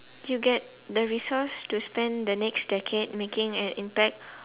you get the resource to spend the next decade making an impact